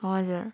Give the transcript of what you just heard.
हजुर